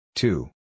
Two